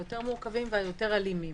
היותר מורכבים והיותר אלימים.